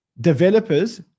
developers